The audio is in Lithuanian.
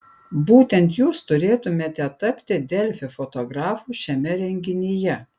būtent jūs turėtumėte tapti delfi fotografu šiame renginyje